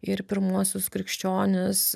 ir pirmuosius krikščionis